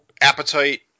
appetite